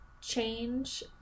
change